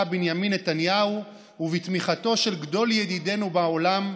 בנימין נתניהו ובתמיכתו של גדול ידידינו בעולם,